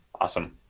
Awesome